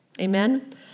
Amen